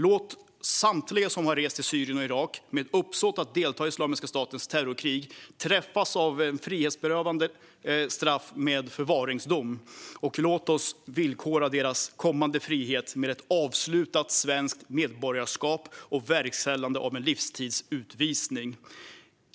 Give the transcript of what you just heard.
Låt samtliga som har rest till Syrien och Irak med uppsåt att delta i Islamiska statens terrorkrig träffas av ett frihetsberövande straff med förvaringsdom. Låt oss villkora deras kommande frihet med ett avslutat svenskt medborgarskap och verkställande av en livstidsutvisning.